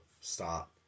Stop